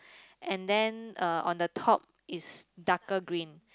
and then uh on the top is darker green